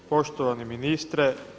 Poštovani ministre.